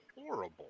horrible